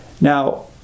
now